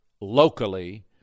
locally